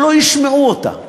שלא ישמעו אותה.